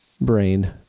brain